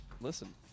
listen